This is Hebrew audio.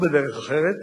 לא בדרך אחרת,